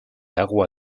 agua